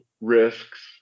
risks